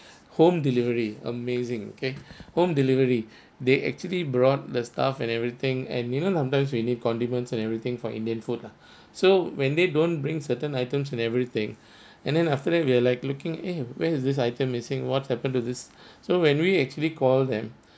home delivery amazing okay home delivery they actually brought the staff and everything and you know sometimes we need condiments and everything for indian food lah so when they don't bring certain items and everything and then after that we are like looking eh where is this item missing what happened to this so when we actually call them